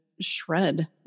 shred